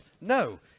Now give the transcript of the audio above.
No